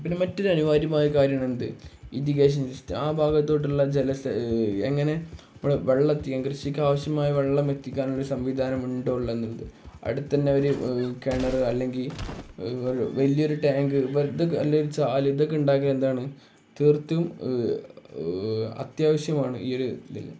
പിന്നെ മറ്റൊരു അനിവാര്യമായ കാര്യമെന്ത് ഇരിഗേഷൻ സിസ്റ്റം ആ ഭാഗത്തോട്ടുള്ള എങ്ങനെ നമ്മൾ വെള്ളമെത്തിക്കാൻ കൃഷിക്ക് ആവശ്യമായ വെള്ളം എത്തിക്കാനൊരു സംവിധാനം ഉണ്ടോ ഉള്ളത് എന്നത് അടുത്ത് തന്നെ അവർ കിണർ അല്ലെങ്കിൽ വലിയൊരു ടാങ്ക് വെറുതെ അല്ല ഒരു ചാൽ ഇതൊക്കെ ഉണ്ടാക്കുക എന്താണ് തീർത്തും അത്യാവശ്യമാണ് ഈ ഒരു ഇതിൽ